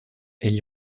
elle